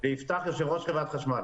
אני יושב-ראש חברת החשמל.